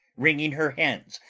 wringing her hands,